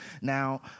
Now